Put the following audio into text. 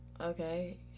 Okay